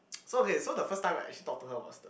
so okay so the first time right I actually talk to her was the